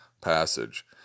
passage